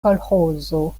kolĥozo